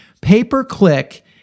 pay-per-click